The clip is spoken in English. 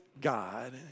God